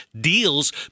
deals